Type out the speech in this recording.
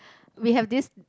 we have this